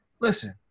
Listen